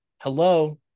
Hello